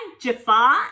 Jafar